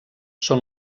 són